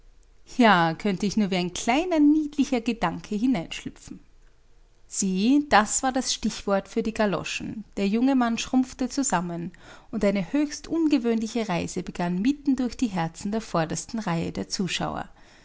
ja könnte ich nur wie ein kleiner niedlicher gedanke hineinschlüpfen sieh das war das stichwort für die galoschen der junge mann schrumpfte zusammen und eine höchst ungewöhnliche reise begann mitten durch die herzen der vordersten reihe der zuschauer